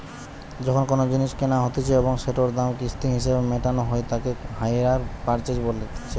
যখন কোনো জিনিস কেনা হতিছে এবং সেটোর দাম কিস্তি হিসেবে মেটানো হই তাকে হাইয়ার পারচেস বলতিছে